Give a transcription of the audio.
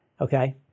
Okay